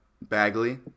Bagley